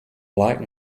brick